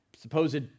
supposed